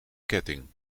ketting